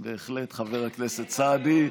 בהחלט, חבר הכנסת סעדי,